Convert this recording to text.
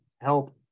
help